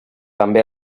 també